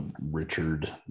richard